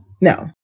no